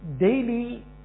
daily